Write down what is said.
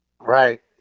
Right